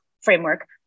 framework